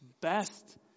best